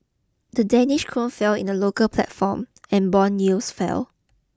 the Danish krone fell in the local platform and bond yields fell